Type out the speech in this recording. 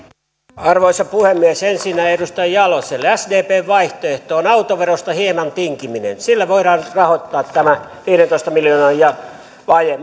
arvoisa puhemies ensinnä edustaja jaloselle sdpn vaihtoehto on autoverosta hieman tinkiminen sillä voidaan rahoittaa tämä viidentoista miljoonan vaje